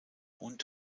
und